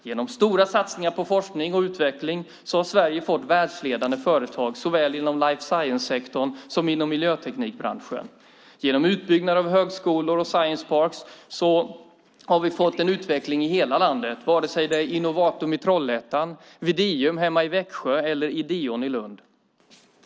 Genom stora satsningar på forskning och utveckling har Sverige fått världsledande företag, såväl inom life science-sektorn som inom miljöteknikbranschen. Genom utbyggnad av högskolor och science parks har vi fått en utveckling i hela landet, vare sig det är Innovatum i Trollhättan, Videum hemma i Växjö eller Ideon i Lund.